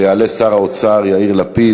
ויעלה שר האוצר יאיר לפיד,